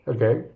Okay